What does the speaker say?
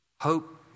hope